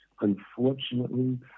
Unfortunately